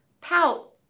pout